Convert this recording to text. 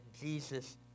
Jesus